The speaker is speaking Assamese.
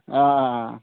অঁ